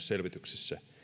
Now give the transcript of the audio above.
selvityksissä